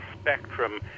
spectrum